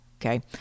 Okay